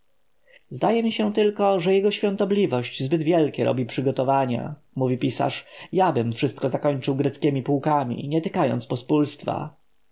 zdaje mi się tylko że jego świątobliwość zbyt wielkie robi przygotowania mówił pisarz jabym wszystko zakończył greckiemi pułkami nie tykając pospólstwa